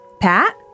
Pat